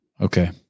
Okay